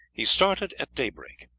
he started at daybreak,